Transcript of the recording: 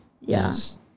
Yes